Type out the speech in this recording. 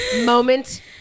Moment